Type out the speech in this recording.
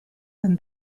than